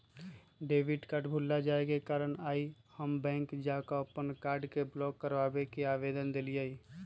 debit card भुतला जाय के कारण आइ हम बैंक जा कऽ अप्पन कार्ड के ब्लॉक कराबे के आवेदन देलियइ